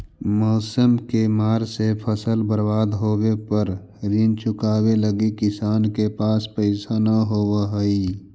मौसम के मार से फसल बर्बाद होवे पर ऋण चुकावे लगी किसान के पास पइसा न होवऽ हइ